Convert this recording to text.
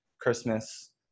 Christmas